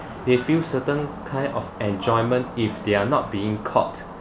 they feel certain kind of enjoyment if they are not being caught